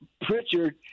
Pritchard